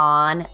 on